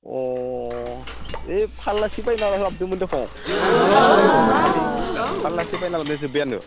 अ ए फाल्लासे बायना लाबोदोंमोन देख' दाखालि फाल्लासे बायना लाबोनाया जोब्बायानो